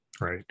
Right